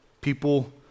People